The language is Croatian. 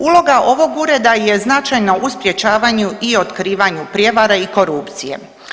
Uloga ovog ureda je značajno u sprječavanju i otkrivanju prijevara i korupcije.